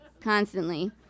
constantly